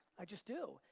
i just do,